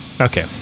Okay